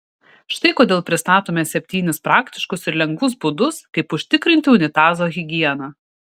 štai kodėl pristatome septynis praktiškus ir lengvus būdus kaip užtikrinti unitazo higieną